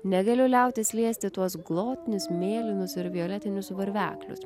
negaliu liautis liesti tuos glotnius mėlynus violetinius varveklius